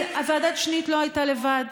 שוועדת שניט לא הייתה לבד.